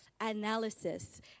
analysis